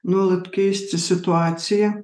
nuolat keisti situaciją